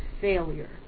failure